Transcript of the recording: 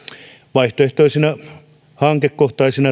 vaihtoehtoisten hankekohtaisten